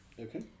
Okay